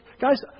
Guys